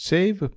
Save